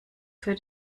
für